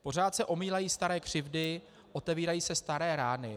Pořád se omílají staré křivdy, otevírají se staré rány.